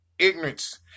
ignorance